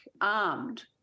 armed